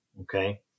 okay